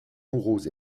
moraux